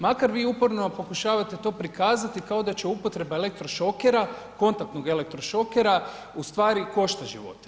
Makar vi uporno pokušavate to prikazati kao da će upotreba elektrošokera, kontaktnog elektrošokera ustvari koštati života.